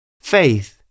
Faith